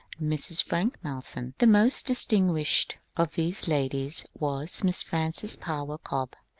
mrs. frank malleson. the most distinguished of these ladies was miss frances power cobbe.